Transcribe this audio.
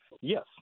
yes